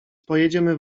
pojedziemy